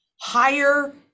higher